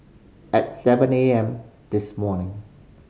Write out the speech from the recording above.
at seven A M this morning